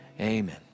amen